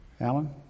Alan